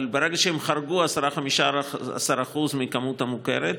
אבל ברגע שהם חרגו ב-10%-15% מהכמות המוכרת,